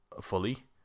fully